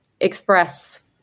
express